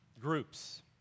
Groups